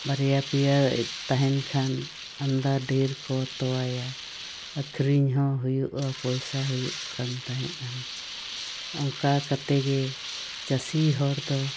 ᱵᱟᱨᱭᱟ ᱯᱮᱭᱟ ᱛᱟᱦᱮᱱ ᱠᱷᱟᱱ ᱟᱢᱫᱟ ᱰᱷᱮᱨ ᱠᱚ ᱛᱳᱣᱟᱭᱟ ᱟᱹᱠᱷᱨᱤᱧ ᱦᱚᱸ ᱦᱩᱭᱩᱜᱼᱟ ᱯᱚᱭᱥᱟ ᱦᱩᱭᱩᱜ ᱠᱟᱱ ᱛᱟᱦᱮᱸ ᱟᱱ ᱚᱱᱠᱟ ᱠᱟᱛᱮᱜᱮ ᱪᱟᱹᱥᱤ ᱦᱚᱲ ᱫᱚ